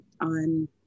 on